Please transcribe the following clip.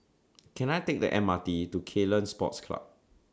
Can I Take The M R T to Ceylon Sports Club